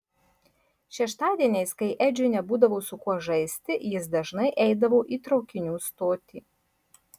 šeštadieniais kai edžiui nebūdavo su kuo žaisti jis dažnai eidavo į traukinių stotį